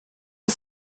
the